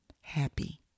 Happy